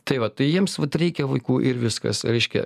tai va tai jiems vat reikia vaikų ir viskas reiškia